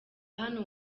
hano